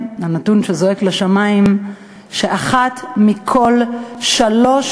נתון שזועק לשמים הוא שאחת מכל שלוש